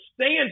stand